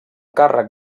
càrrec